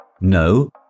no